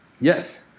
yes